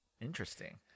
Interesting